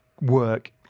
work